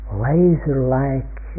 laser-like